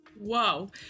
Whoa